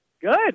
Good